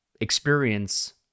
experience